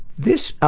this